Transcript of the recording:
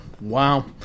Wow